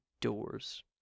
doors